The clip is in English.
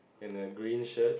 in a green shirt